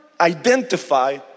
identify